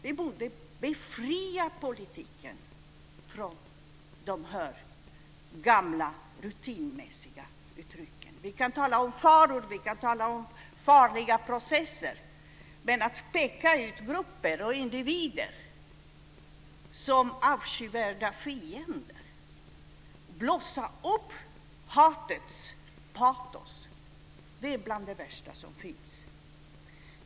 Vi borde befria politiken från de här gamla rutinmässiga uttrycken. Vi kan tala om faror. Vi kan tala om farliga processer, men att peka ut grupper och individer som avskyvärda fiender och blossa upp hatets patos är bland det värsta som finns.